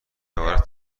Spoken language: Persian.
عبارت